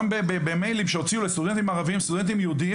גם במיילים שהוציאו לסטודנטים ערבים וסטודנטים יהודים,